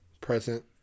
present